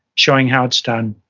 showing how it's done,